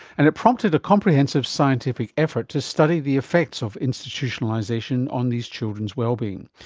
and it prompted a comprehensive scientific effort to study the effects of institutionalisation on these children's well-being,